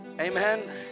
Amen